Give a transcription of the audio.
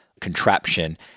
contraption